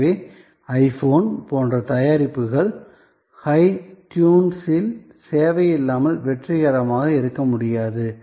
எனவே iPhone போன்ற தயாரிப்பு ஹை ட்யூன்களின் சேவை இல்லாமல் வெற்றிகரமாக இருக்க முடியாது